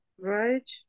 Right